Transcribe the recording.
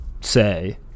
say